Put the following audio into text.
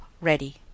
ready